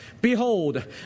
Behold